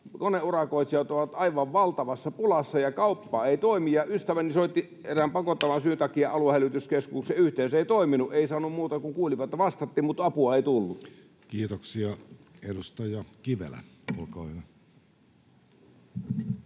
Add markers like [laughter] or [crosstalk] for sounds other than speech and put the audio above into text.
Koneurakoitsijat ovat aivan valtavassa pulassa, ja kauppa ei toimi. Ystäväni soitti erään pakottavan [noise] syyn takia aluehälytyskeskukseen. Yhteys ei toiminut. Ei saanut muuta kuin että kuuli vain, että vastattiin, mutta apua ei tullut. Kiitoksia. — Edustaja Kivelä, olkaa hyvä.